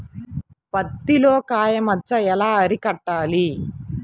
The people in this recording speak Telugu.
పత్తిలో కాయ మచ్చ ఎలా అరికట్టాలి?